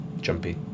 jumpy